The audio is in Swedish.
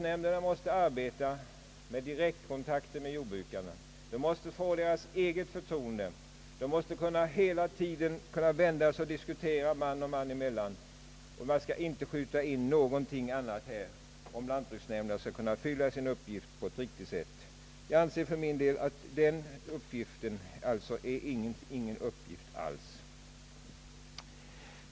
Nämnderna måste eftersträva direktkontakter med jordbrukarna, försöka vinna deras förtroende, hela tiden bemöda sig om diskussioner man och man emellan. Skall lantbruksnämnderna kunna fylla sin uppgift på ett riktigt sätt, får man inte skjuta in något organ mellan dem och jordbrukarna. Jag anser alltså för min del att detta inte är någon uppgift alls för hushållningssällskapen i deras nya form.